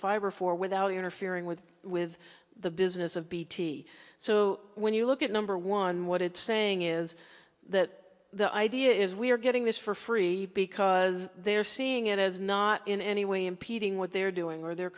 fiber for without interfering with with the business of bt so when you look at number one what it's saying is that the idea is we are getting this for free because they're seeing it as not in any way impeding what they're doing or their